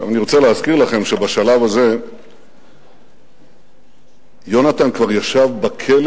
אני רוצה להזכיר לכם שבשלב הזה יונתן כבר ישב בכלא